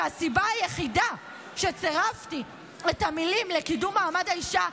שהסיבה היחידה שצירפתי את המילים "לקידום מעמד האישה"